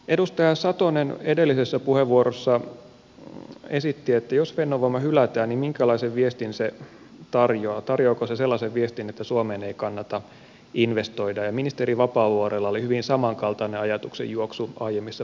edustaja satonen edellisessä puheenvuorossa esitti että jos fennovoima hylätään niin minkälaisen viestin se tarjoaa tarjoaako se sellaisen viestin että suomeen ei kannata investoida ja ministeri vapaavuorella oli hyvin samankaltainen ajatuksenjuoksu aiemmissa puheenvuoroissaan